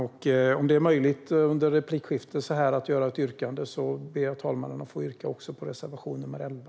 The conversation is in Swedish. Om det är möjligt att under ett replikskifte göra ett yrkande ber jag, fru talman, att få yrka bifall till reservation nr 11.